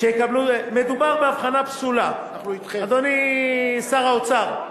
מדובר בהבחנה פסולה, אדוני שר האוצר.